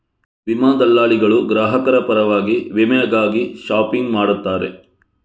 ವಿಮಾ ದಲ್ಲಾಳಿಗಳು ಗ್ರಾಹಕರ ಪರವಾಗಿ ವಿಮೆಗಾಗಿ ಶಾಪಿಂಗ್ ಮಾಡುತ್ತಾರೆ